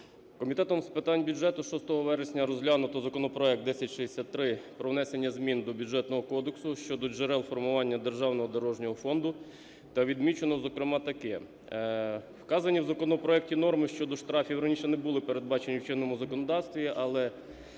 Комітетом з питань бюджету 6 вересня розглянуто законопроект 1063 про внесення змін до Бюджетного кодексу щодо джерел формування державного дорожнього фонду та відмічено зокрема таке. Вказані в законопроекті норми щодо штрафів, раніше не були передбачені в чинному законодавстві. Але